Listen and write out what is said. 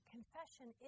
Confession